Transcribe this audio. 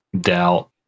Doubt